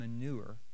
manure